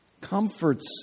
comforts